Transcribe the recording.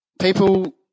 people